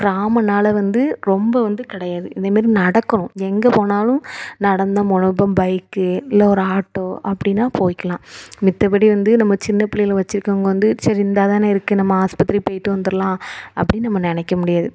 கிராமம்ன்னால வந்து ரொம்ப வந்து கிடையாது இதே மாதிரி நடக்கணும் எங்கே போனாலும் நடந்துதான் போகணும் இப்போ பைக்கு இல்லை ஒரு ஆட்டோ அப்படின்னா போய்க்கலாம் மிச்சபடி வந்து நம்ம சின்ன பிள்ளைகள வச்சிருக்குறவங்க வந்து சரி இந்தாதானே இருக்குது நம்ம ஆஸ்பத்திரி போய்ட்டு வந்துடலாம் அப்படின்னு நம்ம நினைக்க முடியாது